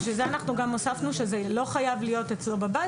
בשביל זה אנחנו גם הוספנו שזה לא חייב להיות אצלו בבית,